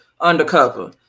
Undercover